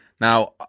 Now